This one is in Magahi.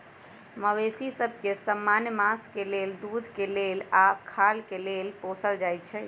मवेशि सभ के समान्य मास के लेल, दूध के लेल आऽ खाल के लेल पोसल जाइ छइ